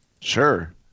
Sure